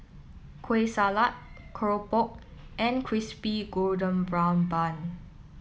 kueh Salat Keropok and Crispy Golden Brown Bun